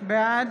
בעד